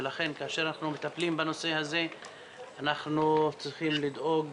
ולכן כאשר אנחנו מטפלים בנושא הזה אנחנו צריכים לדאוג